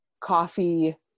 coffee